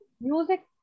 music